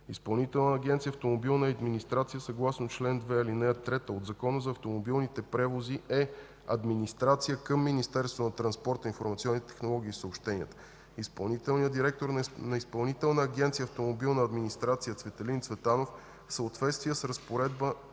Изпълнителна агенция „Автомобилна администрация“ съгласно чл. 2, ал. 3 от Закона за автомобилните превози е администрация към Министерството на транспорта, информационните технологии и съобщенията. Изпълнителният директор на Изпълнителна агенция „Автомобилна администрация“ Цветелин Цветанов в съответствие с разпоредба